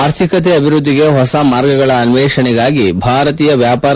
ಅರ್ಥಿಕತೆ ಅಭಿವ್ವದ್ದಿಗೆ ಹೊಸ ಮಾರ್ಗಗಳ ಅನ್ನೇಷಣೆಗಾಗಿ ಭಾರತೀಯ ವ್ಯಾಪಾರ